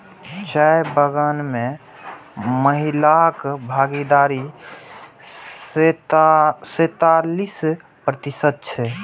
चाय बगान मे महिलाक भागीदारी सैंतालिस प्रतिशत छै